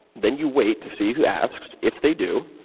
then you wait to see who asks, if they do,